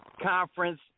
conference